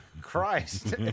Christ